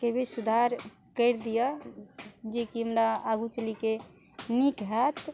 के भी सुधार कैरि दिअ जेकि हमरा आगू चलि कऽ नीक होएत